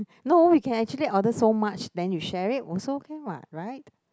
no we can actually order so much then you share it also can what right